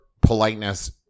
politeness